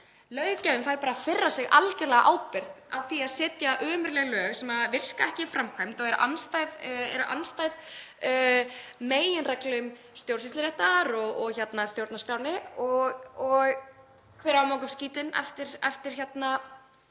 Löggjafinn fær bara að firra sig algerlega ábyrgð á því að setja ömurleg lög sem virka ekki í framkvæmd og eru andstæð meginreglum stjórnsýsluréttar og stjórnarskránni. Og hver á að moka upp skítinn eftir að